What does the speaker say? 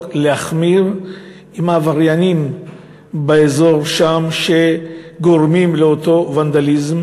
להחמיר עם העבריינים באזור שם שגורמים לאותו ונדליזם